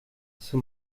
zur